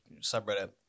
subreddit